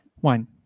One